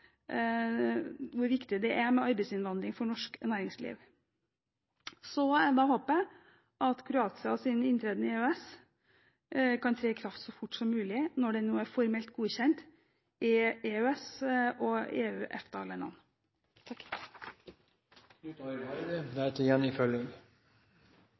hvor viktig det er med arbeidsinnvandring for norsk næringsliv. Håpet er at Kroatias inntreden i EØS kan tre i kraft så fort som mulig når den nå er formelt godkjent i EØS-landene, EFTA-landene og